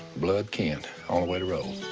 blood kin. only way to roll.